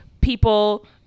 people